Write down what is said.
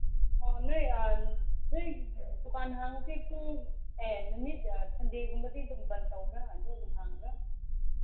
ꯑꯣ ꯅꯣꯏ ꯅꯣꯏ ꯗꯨꯀꯥꯟ ꯍꯥꯡꯕꯁꯦ ꯄꯨꯡ ꯑꯦ ꯅꯨꯃꯤꯠ ꯁꯟꯗꯦꯒꯨꯝꯕꯗꯤ ꯑꯗꯨꯝ ꯕꯟ ꯇꯧꯕ꯭ꯔꯥ ꯑꯗꯨ ꯑꯗꯨꯝ ꯍꯥꯡꯕ꯭ꯔꯥ